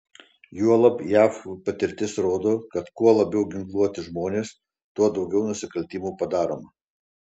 juolab jav patirtis rodo kad kuo labiau ginkluoti žmonės tuo daugiau nusikaltimų padaroma